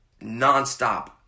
nonstop